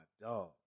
dog